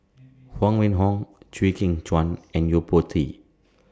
Huang Wenhong Chew Kheng Chuan and Yo Po Tee